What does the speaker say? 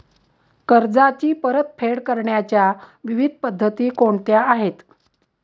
कर्जाची परतफेड करण्याच्या विविध पद्धती कोणत्या आहेत?